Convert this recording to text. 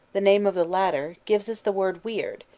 the name of the latter, gives us the word weird,